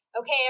okay